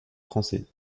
français